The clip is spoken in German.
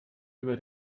über